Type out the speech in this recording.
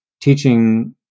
teaching